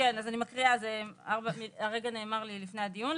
כן, אז אני מקריאה, זה הרגע נאמר לי לפני הדיון.